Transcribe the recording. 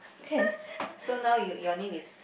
so now you your name is